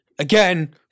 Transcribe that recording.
again